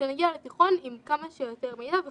שנגיע לתיכון עם כמה שיותר מידע וחומר.